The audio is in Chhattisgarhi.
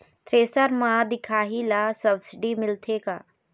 थ्रेसर म दिखाही ला सब्सिडी मिलथे का?